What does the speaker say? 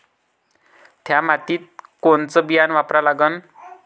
थ्या मातीत कोनचं बियानं वापरा लागन?